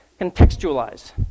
contextualize